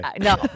no